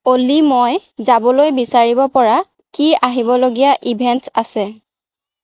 অ'লি মই যাবলৈ বিচাৰিব পৰা কি আহিবলগীয়া ইভেন্টচ আছে